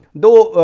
though